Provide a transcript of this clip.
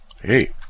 Hey